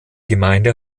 gemeinde